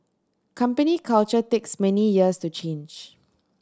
company culture takes many years to change